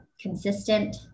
consistent